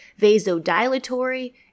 vasodilatory